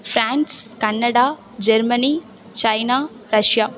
France Canada Germany China Russia